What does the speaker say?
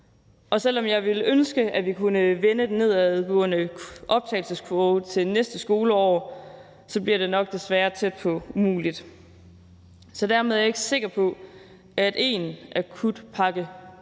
Selv om jeg ville ønske, at vi kunne vende den nedadgående optagelseskvote til næste skoleår, bliver det nok desværre tæt på umuligt. Dermed er jeg ikke sikker på, at én akutpakke